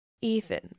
Ethan